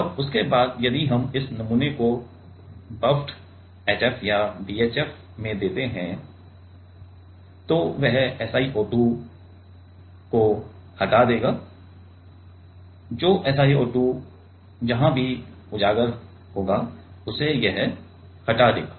और उसके बाद यदि हम इस नमूने को बफ़र्ड HF या BHF में देते हैं तो वह SiO2 भाग को हटा देगा जो SiO2 भाग को जहाँ भी उजागर करेगा उसे हटा देगा